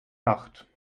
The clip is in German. nacht